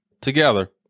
together